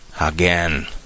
Again